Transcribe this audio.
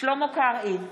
שלמה קרעי,